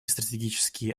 стратегические